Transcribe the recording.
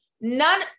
none